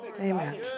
amen